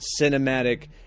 cinematic